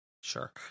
sure